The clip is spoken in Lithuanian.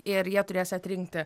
ir jie turės atrinkti